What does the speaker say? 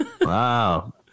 Wow